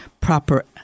proper